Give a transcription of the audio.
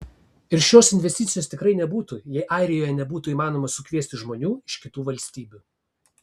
ir šios investicijos tikrai nebūtų jei airijoje nebūtų įmanoma sukviesti žmonių iš kitų valstybių